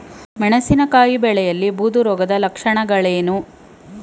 ಮೆಣಸಿನಕಾಯಿ ಬೆಳೆಯಲ್ಲಿ ಬೂದು ರೋಗದ ಲಕ್ಷಣಗಳೇನು?